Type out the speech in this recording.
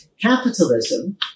Capitalism